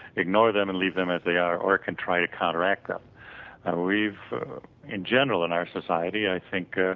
ignore them and leave them as they are or it can try to correct them. and we've in general in our society i think ah